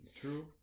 True